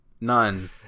None